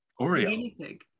oreo